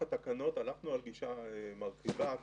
הלכנו על גישה מרחיבה בנוסח התקנות,